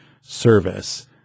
service